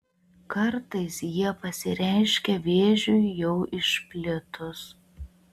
kartais jie pasireiškia vėžiui jau išplitus